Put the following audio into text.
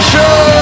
Show